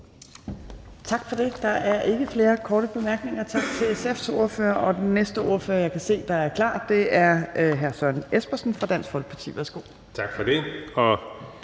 Tak for det. Der er ikke flere korte bemærkninger. Tak til SF's ordfører. Den næste ordfører, jeg kan se er klar, er hr. Søren Espersen fra Dansk Folkeparti. Værsgo. Kl.